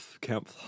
camp